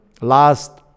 last